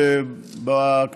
לדעתי,